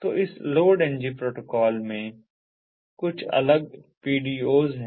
तो इस LOADng protocol में कुछ अलग PDOs हैं